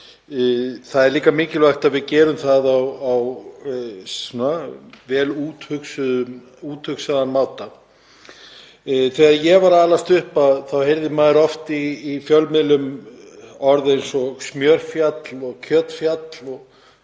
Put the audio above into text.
Það er líka mikilvægt að við gerum það á vel úthugsaðan hátt. Þegar ég var að alast upp heyrði maður oft í fjölmiðlum orð eins og smjörfjall og kjötfjall. Ég